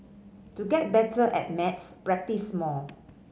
to get better at maths practise more